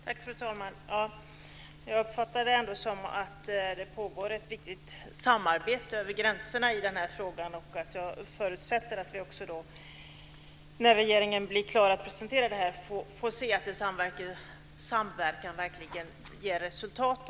Fru talman! Jag uppfattar ändå att det pågår ett viktigt samarbete över gränserna i frågan. Jag förutsätter att när regeringen blir klar att presentera detta får se att samverkan verkligen ger resultat.